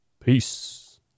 Peace